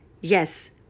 Yes